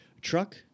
Truck